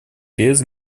без